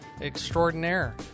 extraordinaire